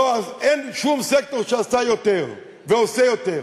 אין שום סקטור שעשה יותר ועושה יותר,